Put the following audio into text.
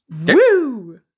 Woo